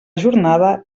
jornada